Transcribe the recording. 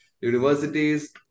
universities